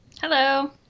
Hello